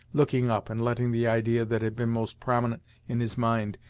looking up and letting the idea that had been most prominent in his mind,